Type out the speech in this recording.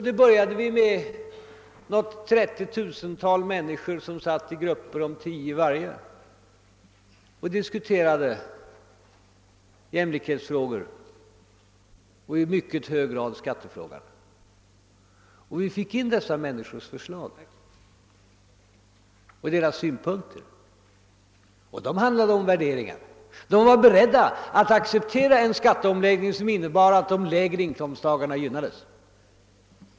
Vi hade cirka 30 000 människor i grupper om tio var, där vi diskuterade jämlikhetsfrågor och i mycket hög grad skattefrågan. Vi fick in förslag och synpunkter från dessa människor, och de handlade om värderingar. De var beredda att acceptera en skatteomläggning som innebar att de lägre inkomsttagarna gynnades.